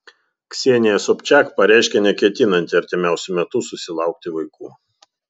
ksenija sobčiak pareiškė neketinanti artimiausiu metu susilaukti vaikų